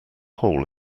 hole